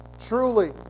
truly